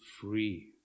free